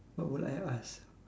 what will I ask